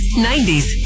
90s